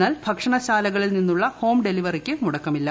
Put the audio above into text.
എന്നാൽ ഭക്ഷണശാലകളിൽ നിന്നുള്ള ഹോം ഡെലിവറിക്ക് മുടക്കമില്ല